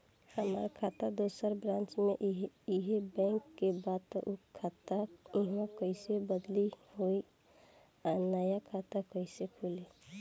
हमार खाता दोसर ब्रांच में इहे बैंक के बा त उ खाता इहवा कइसे बदली होई आ नया खाता कइसे खुली?